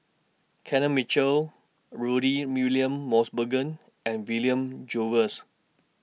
Kenneth Mitchell Rudy William Mosbergen and William Jervois